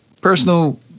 personal